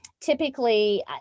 typically